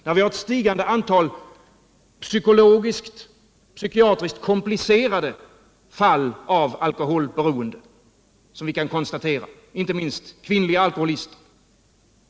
Och vi har ett stigande antal psykiatriskt komplicerade fall av alkoholberoende som kan konstateras inte minst bland kvinnor.